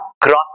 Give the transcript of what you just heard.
cross